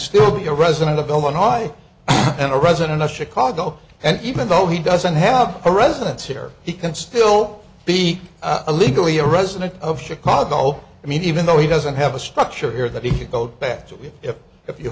still be a resident of illinois and a resident of chicago and even though he doesn't have a residence here he can still be legally a resident of chicago i mean even though he doesn't have a structure here that he could go back